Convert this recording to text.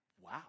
Wow